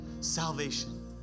salvation